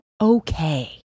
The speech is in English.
Okay